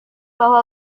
bahwa